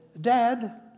Dad